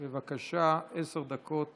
בבקשה, עשר דקות